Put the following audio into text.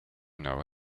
know